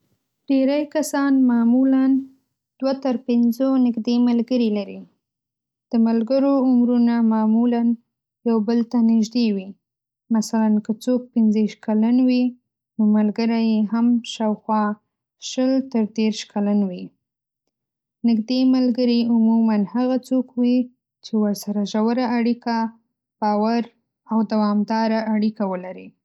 ډېری کسان معمولا دوه تر پنځو نږدې ملګري لري. د ملګرو عمرونه معمولاً یو بل ته نږدې وي، مثلاً که څوک پنځه ويشت کلن وي، نو ملګري یې هم شاوخوا شل تر دېرش کلن وي. نږدې ملګري عموماً هغه څوک وي چې ورسره ژوره اړیکه، باور او دوامداره اړیکه ولري.